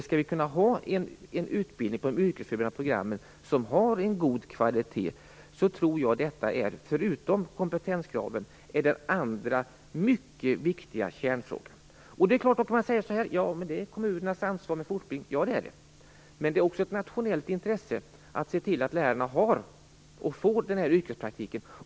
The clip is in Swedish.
Skall utbildningen på de yrkesförberedande programmen vara av god kvalitet tror jag att detta, vid sidan av kompetenskraven, är den andra mycket viktiga kärnfrågan. Då kan man givetvis säga att fortbildning är kommunernas ansvar. Ja, det är det, men det är också ett nationellt intresse att se till att lärarna har och får den här yrkespraktiken.